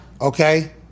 okay